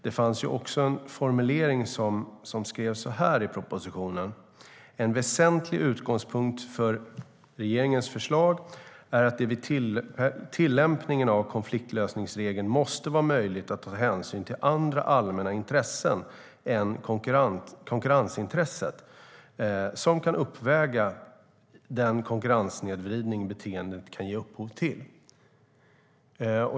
Det fanns också en formulering i propositionen som löd så här: "En väsentlig utgångspunkt för regeringens förslag är att det vid tillämpning av konfliktlösningsregeln måste vara möjligt att ta hänsyn till andra allmänna intressen än konkurrensintresset som kan uppväga den konkurrenssnedvridning beteendet kan ge upphov till."